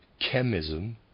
chemism